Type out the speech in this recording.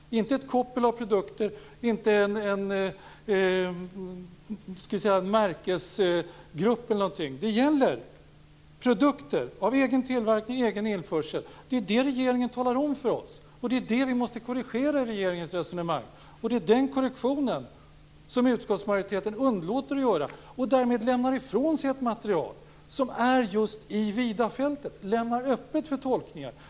Det är inte ett koppel av produkter, inte en märkesgrupp eller någonting sådant. Det gäller produkter av egen tillverkning och egen införsel. Det är det regeringen talar om för oss, och det är det vi måste korrigera i regeringens resonemang. Det är den korrigeringen som utskottsmajoriteten underlåter att göra. Därmed lämnar man ifrån sig ett material som just i vida fältet lämnar öppet för tolkningar.